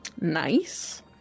Nice